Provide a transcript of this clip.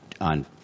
on